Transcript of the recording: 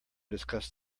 discuss